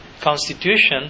constitution